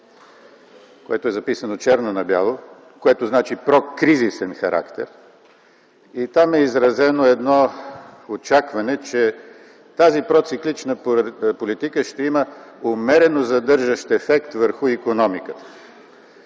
което е записано черно на бяло, което значи прокризисен характер. Там е изразено едно очакване, че тази проциклична политика ще има умерено задържащ ефект върху икономиката.